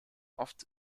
oft